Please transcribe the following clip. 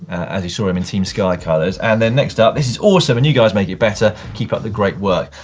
as he saw him in team sky colors. and then next up, this is awesome and you guys make it better! keep up the great work!